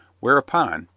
whereupon,